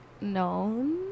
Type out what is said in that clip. known